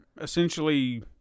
essentially